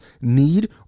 need